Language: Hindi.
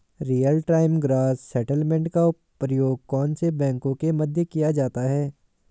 रियल टाइम ग्रॉस सेटलमेंट का प्रयोग कौन से बैंकों के मध्य किया जाता है?